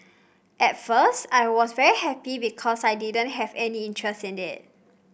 at first I was very happy because I didn't have any interest in it